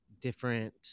different